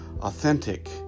authentic